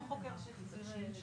לדוגמה מצד שמאל רואים את המפה של